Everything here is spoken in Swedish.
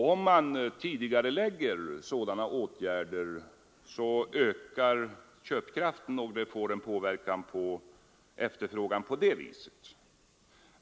Om man tidigarelägger sådana åtgärder ökar köpkraften, och vi får en påverkan på efterfrågan på det viset.